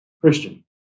Christian